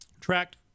Tracked